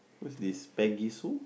who's this Pegisu